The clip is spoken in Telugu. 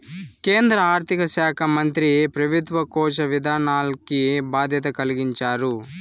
కేంద్ర ఆర్థిక శాకా మంత్రి పెబుత్వ కోశ విధానాల్కి బాధ్యత కలిగించారు